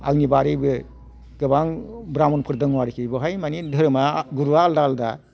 आंनि बारैबो गोबां ब्रामनफोर दङ आरिखि बेवहाय मानि धोरोमा गुरुआ आलदा आलदा